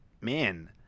man